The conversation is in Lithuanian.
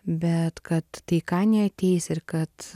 bet kad taika neateis ir kad